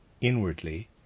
inwardly